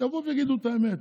שיבואו ויגידו את האמת,